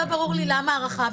לא ברור לי למה ההארכה,